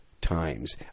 times